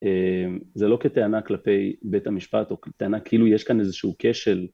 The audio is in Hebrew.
זה לא כטענה כלפי בית המשפט או כטענה כאילו יש כאן איזשהו כשל